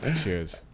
Cheers